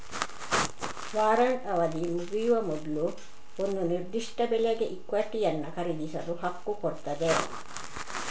warrant ಅವಧಿ ಮುಗಿಯುವ ಮೊದ್ಲು ಒಂದು ನಿರ್ದಿಷ್ಟ ಬೆಲೆಗೆ ಇಕ್ವಿಟಿಯನ್ನ ಖರೀದಿಸಲು ಹಕ್ಕು ಕೊಡ್ತದೆ